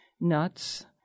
nuts